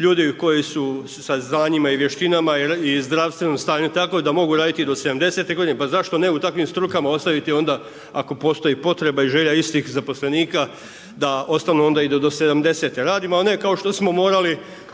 ljudi koji su sa znanjima i vještinama i zdravstvenom stanju tako da mogu raditi i do 70.-te godine pa zašto ne u takvim strukama ostaviti onda ako postoji potreba i želja istih zaposlenika da ostanu onda i do 70.-te, radimo ali ne kao što smo morali